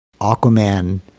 Aquaman